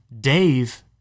Dave